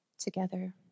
Together